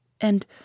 and